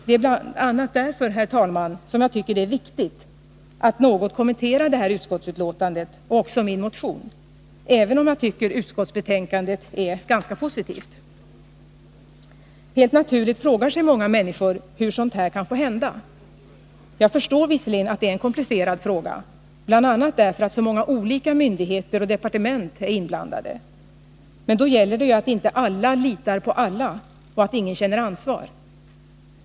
Det är bl.a. därför, herr talman, som jag tycker att det är viktigt att något kommentera det här utskottsbetänkandet liksom också min motion, även om jag tycker att utskottsbetänkandet är ganska positivt. Helt naturligt frågar sig många människor hur sådant här kan få hända. Jag förstår visserligen att det är en komplicerad fråga, bl.a. därför att så många olika myndigheter och departement är inblandade, men då gäller det ju att inte alla litar på alla och ingen känner ansvar.